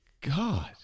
God